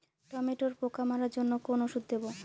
টমেটোর পোকা মারার জন্য কোন ওষুধ দেব?